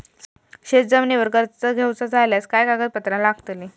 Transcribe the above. शेत जमिनीवर कर्ज घेऊचा झाल्यास काय कागदपत्र लागतली?